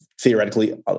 theoretically